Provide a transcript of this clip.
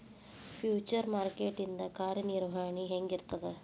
Future market ಇಂದ್ ಕಾರ್ಯನಿರ್ವಹಣಿ ಹೆಂಗಿರ್ತದ?